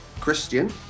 Christian